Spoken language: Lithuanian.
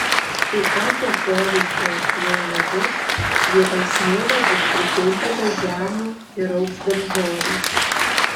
kai tokio poreikio jau nebus vietoj smėlio bus pripildyta žemių ir augs daržovės